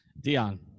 Dion